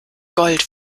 gold